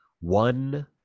one